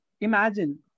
Imagine